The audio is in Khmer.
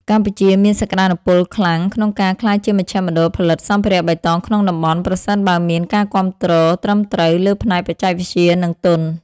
កម្ពុជាមានសក្ដានុពលខ្លាំងក្នុងការក្លាយជាមជ្ឈមណ្ឌលផលិតសម្ភារៈបៃតងក្នុងតំបន់ ប្រសិនបើមានការគាំទ្រត្រឹមត្រូវលើផ្នែកបច្ចេកវិទ្យា និងទុន។